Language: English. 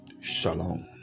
Shalom